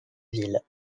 ville